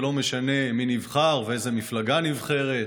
ולא משנה מי נבחר ואיזו מפלגה נבחרת,